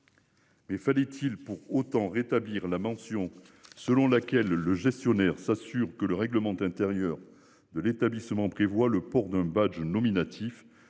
Mais fallait-il pour autant rétablir la mention selon laquelle le gestionnaire s'assure que le règlement intérieur de l'établissement prévoit le port d'un badge nominatif